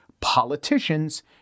politicians